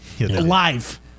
live